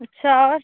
अच्छा और